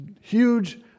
huge